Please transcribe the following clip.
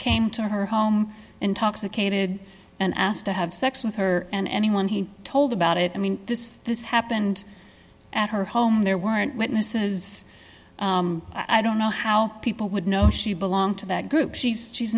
came to her home intoxicated and asked to have sex with her and anyone he told about it i mean this this happened at her home there weren't witnesses i don't know how people would know she belonged to that group she says she's